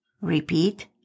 Repeat